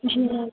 जी ma'am